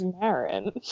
Marin